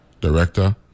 director